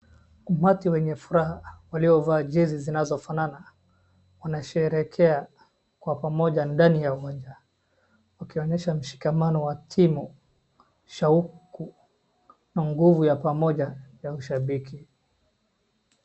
Umati wenye furaha waliovaa jezi zinazofanana wanasherehekea kwa pamoja ndani ya uwanja wakionyesha mshikamano wa timu shauku na nguvu ya pamoja ya ushabiki.